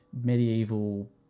medieval